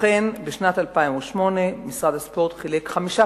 בשנת 2008 חילק משרד הספורט חמישה